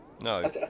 No